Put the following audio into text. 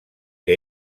que